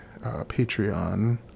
Patreon